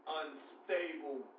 unstable